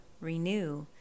renew